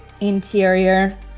interior